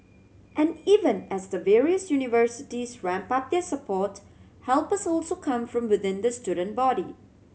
and even as the various universities ramp up their support help has also come from within the student body